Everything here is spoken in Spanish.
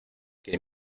que